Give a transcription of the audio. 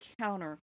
counter